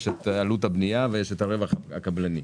יש את עלות הבנייה ואת הרווח הקבלני.